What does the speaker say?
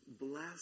bless